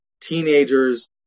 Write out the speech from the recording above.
teenagers